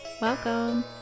Welcome